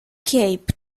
cape